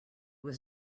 was